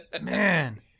man